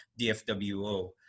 DFWO